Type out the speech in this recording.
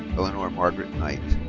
eleanor margaret knight.